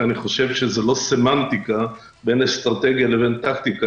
כי אני חושב שזה לא סמנטיקה בין אסטרטגיה לבין טקטיקה.